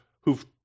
who've